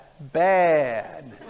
bad